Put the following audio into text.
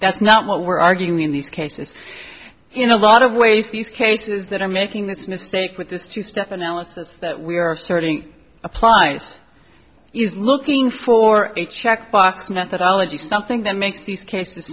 that's not what we're arguing in these cases you know a lot of ways these cases that are making this mistake with this two step analysis that we are sorting applies is looking for a checkbox methodology something that makes these cases